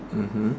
mmhmm